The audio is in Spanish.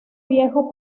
viejo